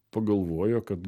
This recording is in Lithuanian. pagalvojo kad